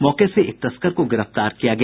मौके से एक तस्कर को गिरफ्तार किया गया